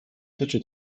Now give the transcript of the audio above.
tyczy